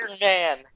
Man